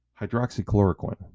hydroxychloroquine